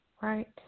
right